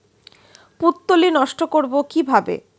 পুত্তলি নষ্ট করব কিভাবে?